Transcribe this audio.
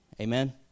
Amen